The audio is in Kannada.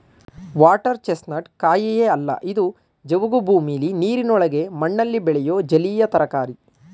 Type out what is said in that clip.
ವಾಟರ್ ಚೆಸ್ನಟ್ ಕಾಯಿಯೇ ಅಲ್ಲ ಇದು ಜವುಗು ಭೂಮಿಲಿ ನೀರಿನೊಳಗಿನ ಮಣ್ಣಲ್ಲಿ ಬೆಳೆಯೋ ಜಲೀಯ ತರಕಾರಿ